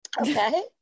Okay